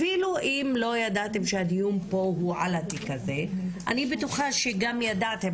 אפילו אם לא ידעתם שהדיון פה הוא על התיק הזה אני בטוחה שגם ידעתם